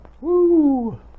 Woo